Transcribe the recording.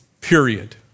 Period